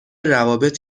روابط